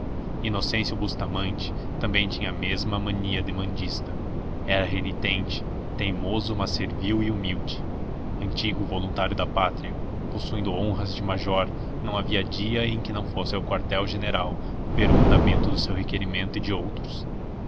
inocêncio bustamante também tinha a mesma mania demandista era renitente teimoso mas servil e humilde antigo voluntário da pátria possuindo honras de major não havia dia em que não fosse ao quartel-general ver o andamento do seu requerimento e de outros